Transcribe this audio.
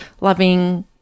loving